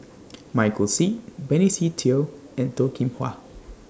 Michael Seet Benny Se Teo and Toh Kim Hwa